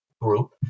group